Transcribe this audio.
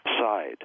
side